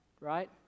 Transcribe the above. right